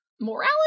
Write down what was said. morality